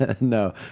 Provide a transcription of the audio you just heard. no